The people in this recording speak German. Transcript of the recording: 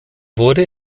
wurde